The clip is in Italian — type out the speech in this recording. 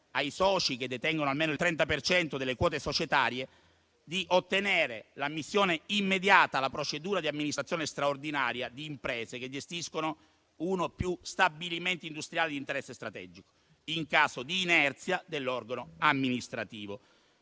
ai soci che detengono almeno il 30 per cento delle quote societarie, di ottenere l'ammissione immediata alla procedura di amministrazione straordinaria di imprese che gestiscono uno o più stabilimenti industriali di interesse strategico, in caso di inerzia dell'organo amministrativo.